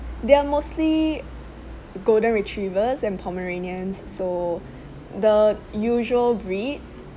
they're mostly golden retrievers and pomeranians so the usual breeds